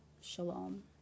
shalom